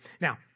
Now